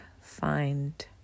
find